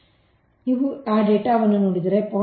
8 ಆಗಿದೆ ನೀವು ಆ ಡೇಟಾವನ್ನು ನೋಡಿದರೆ 0